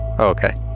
okay